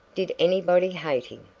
did anybody hate him?